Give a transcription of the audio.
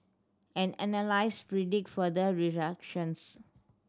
and analysts predict further ructions